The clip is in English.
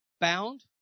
bound